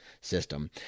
system